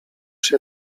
się